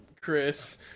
Chris